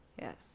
Yes